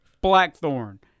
Blackthorn